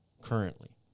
currently